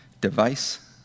device